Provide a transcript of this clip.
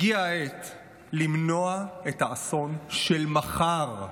הגיעה העת למנוע את האסון של מחר.